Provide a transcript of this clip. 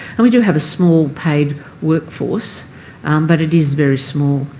and we do have a small paid workforce but it is very small.